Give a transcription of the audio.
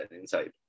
inside